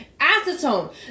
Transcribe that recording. Acetone